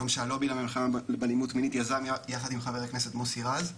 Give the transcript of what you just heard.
יום שהלובי למלחמה באלימות מינית יזם יחד עם ח"כ מוסי רז.